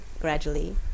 gradually